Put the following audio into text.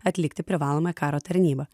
atlikti privalomąją karo tarnybą